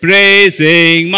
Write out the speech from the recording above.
Praising